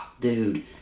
Dude